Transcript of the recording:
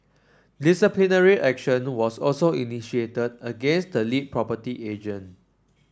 disciplinary action was also initiated against the lead property agent